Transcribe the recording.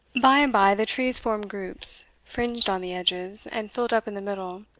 by and by the trees formed groups, fringed on the edges, and filled up in the middle,